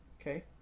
Okay